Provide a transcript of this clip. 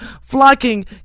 flocking